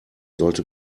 sollte